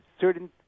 certain